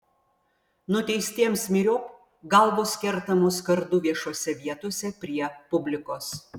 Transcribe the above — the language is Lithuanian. nuteistiems myriop galvos kertamos kardu viešose vietose prie publikos